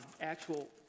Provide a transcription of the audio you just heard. actual